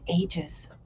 ages